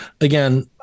again